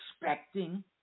expecting